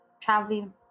traveling